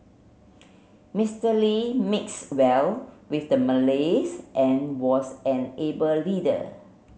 Mister Lee mix well with the Malays and was an able leader